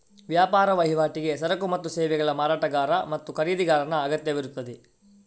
ವ್ಯಾಪಾರ ವಹಿವಾಟಿಗೆ ಸರಕು ಮತ್ತು ಸೇವೆಗಳ ಮಾರಾಟಗಾರ ಮತ್ತು ಖರೀದಿದಾರನ ಅಗತ್ಯವಿರುತ್ತದೆ